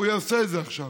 יעשה את זה עכשיו.